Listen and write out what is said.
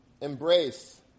embrace